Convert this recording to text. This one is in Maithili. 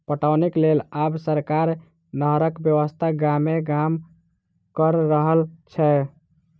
पटौनीक लेल आब सरकार नहरक व्यवस्था गामे गाम क रहल छै